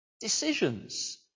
Decisions